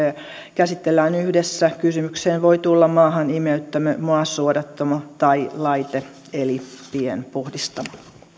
käsitellään yhdessä kysymykseen voi tulla maahanimeyttämö maasuodattamo tai laite eli pienpuhdistamo